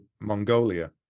Mongolia